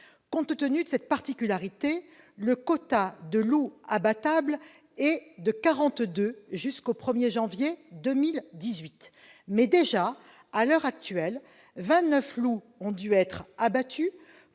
Compte tenu de cette particularité, le quota de loups abattables est de 42 jusqu'au 1 janvier 2018, mais déjà, à l'heure actuelle, 29 loups ont dû être abattus